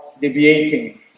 deviating